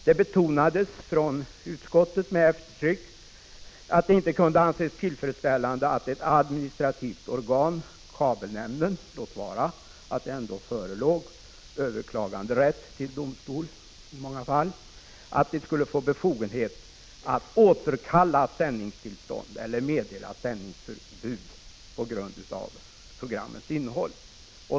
Det betonades med eftertryck från utskottet att det inte kunde anses tillfredsställande att ett administrativt organ som kabelnämnden, låt vara att det i många fall förelåg rätt att överklaga till domstol, skulle få befogenhet att återkalla sändningstillstånd eller meddela sändningsförbud på grund av programmens innehåll.